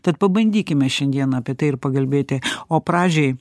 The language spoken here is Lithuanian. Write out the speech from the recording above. tad pabandykime šiandien apie tai ir pakalbėti o pradžiai